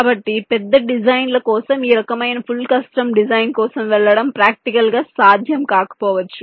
కాబట్టి పెద్ద డిజైన్ల కోసం ఈ రకమైన ఫుల్ కస్టమ్ డిజైన్ కోసం వెళ్లడం ప్రాక్టికల్ గా సాధ్యం కాకపోవచ్చు